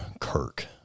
Kirk